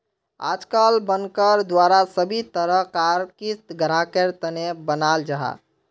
आजकल बनकर द्वारा सभी तरह कार क़िस्त ग्राहकेर तने बनाल जाहा